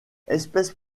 espèce